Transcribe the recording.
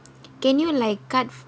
can you like cut